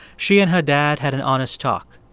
she and her dad had an honest talk.